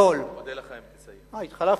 אודה לך אם תסיים.